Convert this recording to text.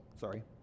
sorry